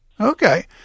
Okay